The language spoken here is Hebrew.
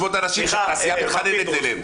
אנשים שהתעשייה מתחננת אליהם.